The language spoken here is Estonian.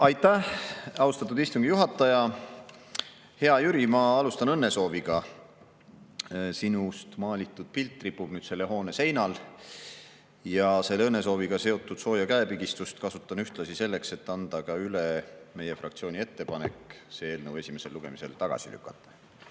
Aitäh, austatud istungi juhataja! Hea Jüri, ma alustan õnnesooviga – sinust maalitud pilt ripub nüüd selle hoone seinal. Selle õnnesooviga seotud sooja käepigistust ma kasutan ühtlasi selleks, et anda üle meie fraktsiooni ettepanek see eelnõu esimesel lugemisel tagasi lükata.